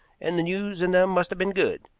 and the news in them must have been good.